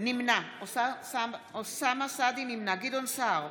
נמנע גדעון סער,